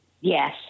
Yes